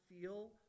feel